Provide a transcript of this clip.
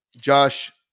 Josh